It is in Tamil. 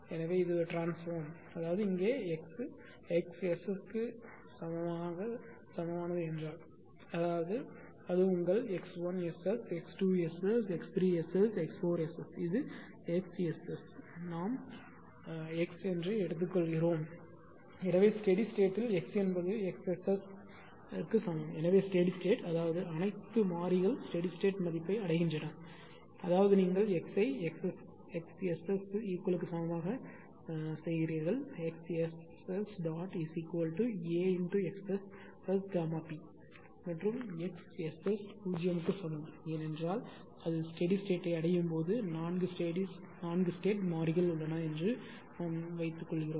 எனவே இது ட்ரான்ஸ்போஸ் ம் அதாவது இங்கே X X SS க்கு சமமான என்றால் அது உங்கள் x1SS x2SS x3SS x4SS இது X SS அதை நாம் X எடுத்துக்கொள்கிறோம் எனவே ஸ்டெடி ஸ்டேட்யில் X என்பது X SS க்கு சமம் ஸ்டெடி ஸ்டேட் அதாவது அனைத்து மாறிகள் ஸ்டெடி ஸ்டேட் மதிப்பை அடைகின்றன அதாவது நீங்கள் X ஐ X SS equal க்கு சமமாக இடுகிறீர்கள் XSSAXSSΓp மற்றும் X SS 0 க்கு சமம் ஏனென்றால் அது ஸ்டெடி ஸ்டேட்யை அடையும் போது 4 ஸ்டேட் மாறிகள் உள்ளன என்று வைத்துக்கொள்வோம்